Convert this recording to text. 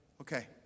okay